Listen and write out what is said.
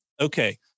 Okay